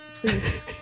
Please